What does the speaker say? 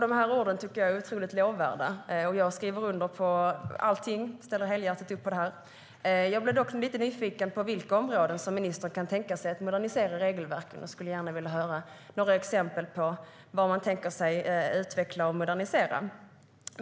Dessa ord tycker jag är lovvärda, och jag skriver under på allting och ställer helhjärtat upp på det. Jag blir dock lite nyfiken på vilka områden som ministern kan tänka sig att modernisera regelverken. Jag skulle gärna vilja höra några exempel på vad man tänker utveckla och modernisera.